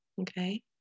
okay